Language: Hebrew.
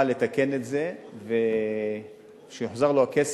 הצעת החוק באה לתקן את זה, שיוחזר לו הכסף,